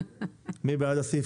מי בעד ההסתייגות?